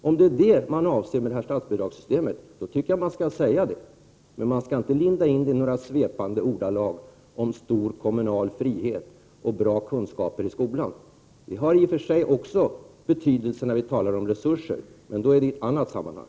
Om det är detta som avses med detta statsbidragssystem, tycker jag att man skall säga det, men man skall inte linda in det i några svepande ordalag om stor kommunal frihet och bra kunskaper i skolan. Det har i och för sig också betydelse när vi talar om resurser, men då är det i ett annat sammanhang.